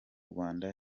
rwanda